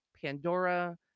Pandora